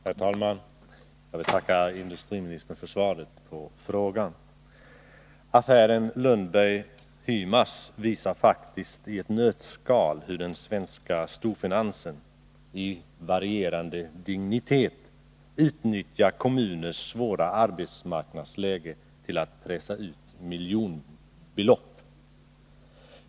Herr talman! Jag vill tacka industriministern för svaret på min fråga. Affären Lundberg Hymas AB visar faktiskt i ett nötskal hur den svenska storfinansen — av varierande dignitet — utnyttjar kommuners svåra arbetsmarknadsläge för att pressa ut miljonbelopp.